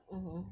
mmhmm